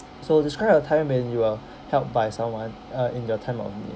so describe a time when you were helped by someone uh in the time of need